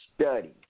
Study